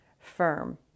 firm